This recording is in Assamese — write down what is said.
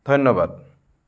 ধন্যবাদ